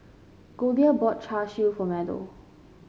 Goldia bought Char Siu for Meadow